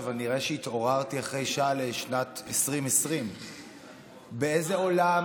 אבל נראה שהתעוררתי אחרי שעה לשנת 2020. באיזה עולם